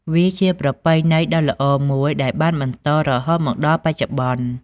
វាជាប្រពៃណីដ៏ល្អមួយដែលបានបន្តរហូតមកដល់បច្ចុប្បន្ន។